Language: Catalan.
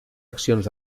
accions